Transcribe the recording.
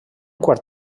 quart